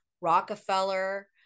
Rockefeller